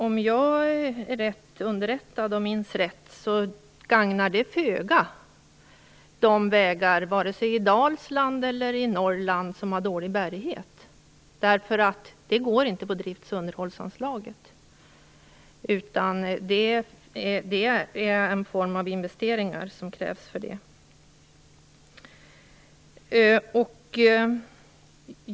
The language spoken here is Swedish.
Om jag är rätt underrättad och minns rätt gagnar det föga de vägar, vare sig i Dalsland eller i Norrland, som har dålig bärighet. Det går inte på drifts och underhållsanslaget. Det krävs någon form av investeringar för det.